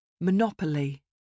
Monopoly